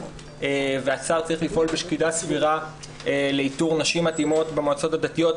והשר צריך לפעול בשקידה סבירה לאיתור נשים מתאימות במועצות הדתיות.